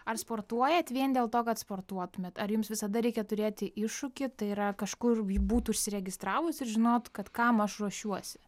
ar sportuojat vien dėl to kad sportuotumėt ar jums visada reikia turėti iššūkį tai yra kažkur būt užsiregistravus ir žinot kad kam aš ruošiuosi